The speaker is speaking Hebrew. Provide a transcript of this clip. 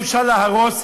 אי-אפשר להרוס,